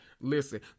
Listen